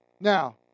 Now